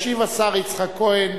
ישיב השר יצחק כהן,